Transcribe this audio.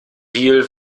deal